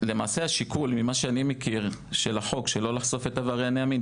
השיקול של החוק שלא לחשוף את עברייני המין,